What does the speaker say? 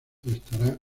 estará